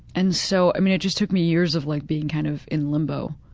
and so, it just took me years of like being kind of in limbo,